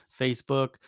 Facebook